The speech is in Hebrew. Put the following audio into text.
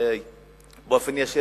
באופן ישיר,